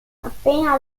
appena